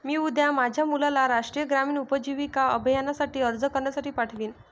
मी उद्या माझ्या मुलाला राष्ट्रीय ग्रामीण उपजीविका अभियानासाठी अर्ज करण्यासाठी पाठवीन